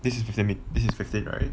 this is fifteen me~ this is fifteen right